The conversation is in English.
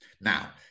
Now